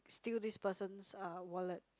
steal this person's uh wallet